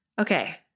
Okay